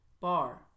Bar